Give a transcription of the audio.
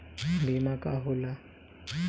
बीमा का होला?